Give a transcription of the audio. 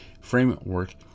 framework